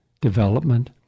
development